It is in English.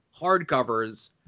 hardcovers